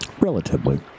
Relatively